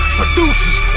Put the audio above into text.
producers